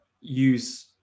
use